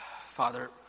Father